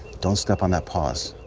don't step on that pause.